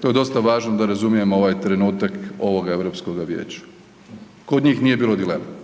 To je dosta važno da razumijemo ovaj trenutak ovoga Europskoga vijeća. Kod njih nije bilo dileme.